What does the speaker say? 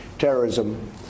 Terrorism